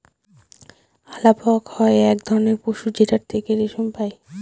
আলাপক হয় এক ধরনের পশু যেটার থেকে রেশম পাই